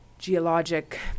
geologic